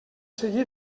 seguir